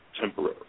temporary